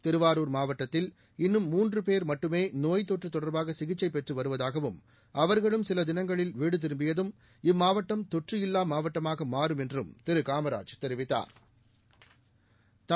திருவாரூர் மாவட்டத்தில் இன்னும் மூன்று போ் மட்டுமே நோய் தொற்று தொடா்பாக சிகிச்சை பெற்று வருவதாகவும் அவர்களும் சில தினங்களில் வீடு திரும்பியதும் இம்மாவட்டம் தொற்று இல்லா மாவட்டமாக மாறும் என்றும் திரு காமராஜ் தெரிவித்தாா்